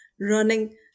running